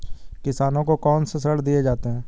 किसानों को कौन से ऋण दिए जाते हैं?